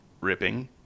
ripping